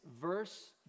verse